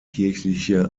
kirchliche